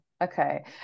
Okay